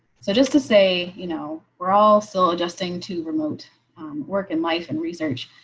so just to say, you know, we're all still adjusting to remote work in life and research.